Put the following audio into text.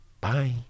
Bye